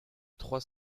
trois